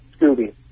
Scooby